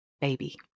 baby